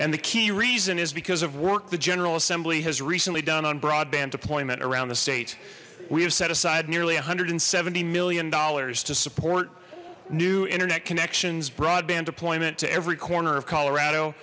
and the key reason is because of work the general assembly has recently done on broadband deployment around the state we have set aside nearly one hundred and seventy million dollars to support new internet connections broadband deployment to every corner of colorado